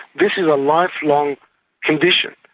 this is a lifelong condition.